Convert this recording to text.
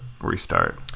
restart